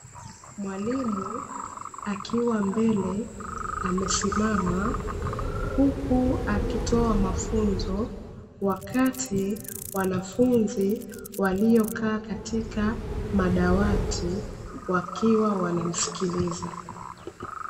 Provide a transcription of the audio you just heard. Mwalimu akiwa mbele amesimama huku akitoa mafunzo, wakati wanafunzi waliokaa katika madawati wakiwa wanamsikiliza.